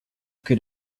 could